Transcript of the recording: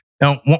Now